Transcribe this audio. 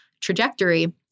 trajectory